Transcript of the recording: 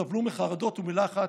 סבלו מחרדות ומלחץ,